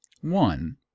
One